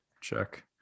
check